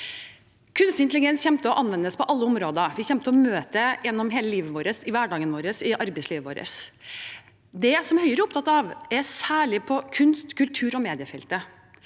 Kunstig intelligens kommer til å anvendes på alle områder. Vi kommer til å møte det gjennom hele livet vårt, i hverdagen vår og i arbeidslivet vårt. Det som Høyre opptatt av, er særlig på kunst-, kultur- og mediefeltet.